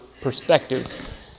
perspective